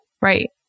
Right